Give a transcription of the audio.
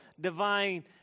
divine